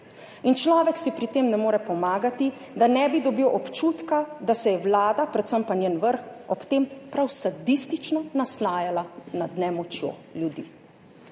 In človek si pri tem ne more pomagati, da ne bi dobil občutka, da se je vlada, predvsem pa njen vrh, ob tem prav sadistično naslajala nad nemočjo ljudi.